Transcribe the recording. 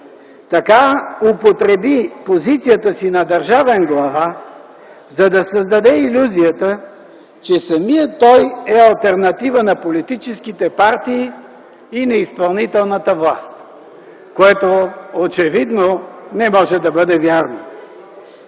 Така употреби позицията си на държавен глава, за да създаде илюзията, че самият той е алтернатива на политическите партии и на изпълнителната власт, което очевидно не може да бъде вярно.